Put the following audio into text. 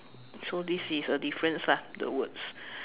so this is a difference lah the words